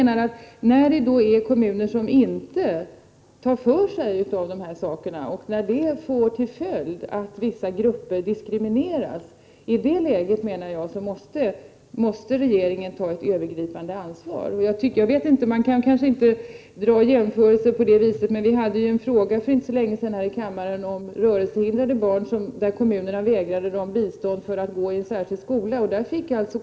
När kommuner inte tar för sig och det får till följd att vissa grupper diskrimineras, måste regeringen ta ett övergripande ansvar. Det kanske inte går att göra denna jämförelse, men för inte så länge sedan här i kammaren hade vi en fråga om rörelsehindrade barn. En kommun vägrade bistå barnen för att de skulle kunna gå i en särskild skola.